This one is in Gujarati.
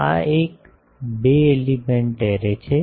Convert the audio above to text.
તો આ એક બે એલિમેન્ટ એરે છે